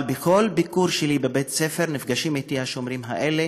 אבל בכל ביקור שלי בבית-ספר נפגשים אתי השומרים האלה